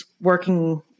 working